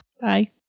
Bye